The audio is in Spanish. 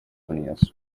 unidos